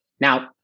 Now